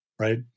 right